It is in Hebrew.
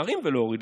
להרים ולהוריד,